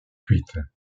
cuite